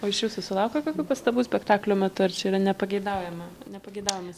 o iš jūsų sulaukia kokių pastabų spektaklio metu ar čia yra nepageidaujama nepageidaujamas